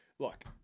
Look